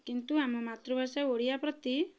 କିନ୍ତୁ ଆମ ମାତୃଭାଷା ଓଡ଼ିଆ ପ୍ରତି